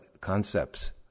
concepts